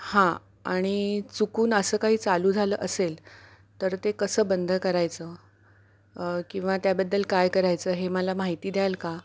हां आणि चुकून असं काही चालू झालं असेल तर ते कसं बंद करायचं किंवा त्याबद्दल काय करायचं हे मला माहिती द्याल का